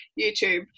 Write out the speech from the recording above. YouTube